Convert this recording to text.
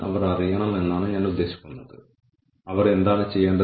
അതിനാൽ വിജ്ഞാന നൈപുണ്യത്തിലും ധാരണകളിലും എന്തെങ്കിലും മാറ്റങ്ങളുണ്ടോ